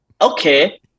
okay